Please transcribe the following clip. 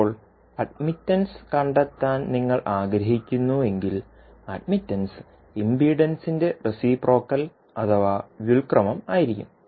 ഇപ്പോൾ അഡ്മിറ്റൻസ് കണ്ടെത്താൻ നിങ്ങൾ ആഗ്രഹിക്കുന്നുവെങ്കിൽ അഡ്മിറ്റൻസ് ഇംപെഡൻസിന്റെ റെസിപ്രോക്കൽ അഥവാ വ്യുൽക്രമം ആയിരിക്കും